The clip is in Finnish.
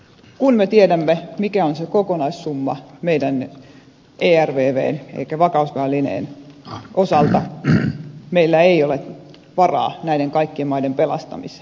kun me tiedämme mikä on se kokonaissumma meidän ervvn elikkä vakausvälineen osalta meillä ei ole varaa näiden kaikkien maiden pelastamiseen